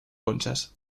conchas